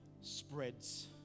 spreads